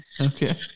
Okay